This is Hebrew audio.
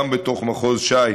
גם בתוך מחוז ש"י